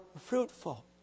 fruitful